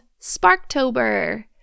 sparktober